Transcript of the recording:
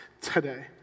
today